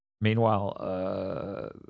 meanwhile